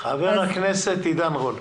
חבר הכנסת עידן רול.